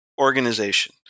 organization